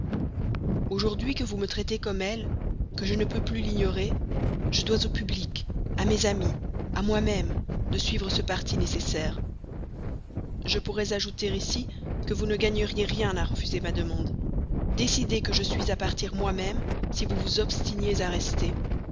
aujourd'hui que vous me traitez comme elles que je ne peux plus l'ignorer je dois au public à mes amis à moi-même de suivre ce parti nécessaire je pourrais ajouter ici que vous ne gagneriez rien à refuser ma demande décidée que je suis à partir moi-même si vous vous obstinez à rester